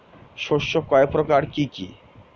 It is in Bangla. শস্য কয় প্রকার কি কি?